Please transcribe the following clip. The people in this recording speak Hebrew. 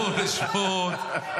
שמות,